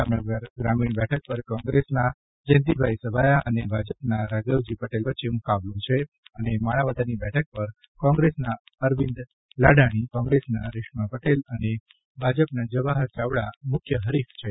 જામનગર ગ્રામીણ બેઠક પર કોંગ્રેસના જયંતિભાઈ સભાયા અને ભાજપના રાઘવજી પટેલ વચ્ચે મુખ્ય મુકાબલો છે અને માણાવદરની બેઠક પર કોંગ્રેસના અરવિંદ લાડાણી કોંગ્રેસના રેશ્મા પટેલ અને ભાજપના જવાહર ચાવડા મુખ્ય હરીફ છે